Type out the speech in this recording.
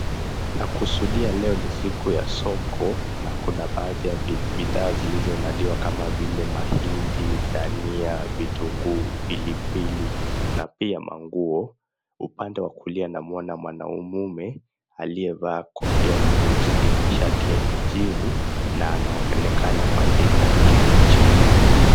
Nakusudia leo ni siku ya soko na kuna baadhi ya bidhaa zilizonadiwa kama vile mahindi, sana, vitunguu, pilipili na pia manguo. Upande wa kulia namwona mwanamume aliyevaa kofia nyeusi na shati ya kijivu na anaonekana kuandika kitu chini.